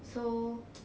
so